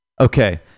Okay